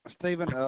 Stephen